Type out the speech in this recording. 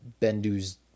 Bendu's